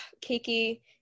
Kiki